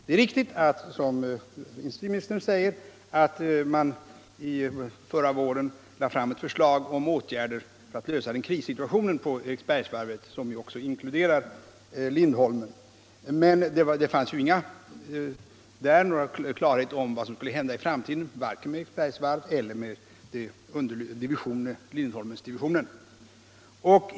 Det är riktigt, som industriministern säger, att man förra våren lade fram ett förslag om åtgärder för att lösa krissituationen på Eriksbergsvarvet, som också inkluderar Lindholmens varv. Men det fanns då inte någon klarhet om vad som skulle hända i framtiden vare sig med Eriksbergsvarvet eller med Lindholmendivisionen.